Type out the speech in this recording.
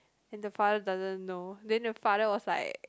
then the father doesn't know then the father was like